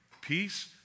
peace